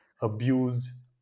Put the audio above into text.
abuse